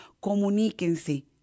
comuníquense